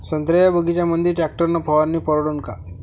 संत्र्याच्या बगीच्यामंदी टॅक्टर न फवारनी परवडन का?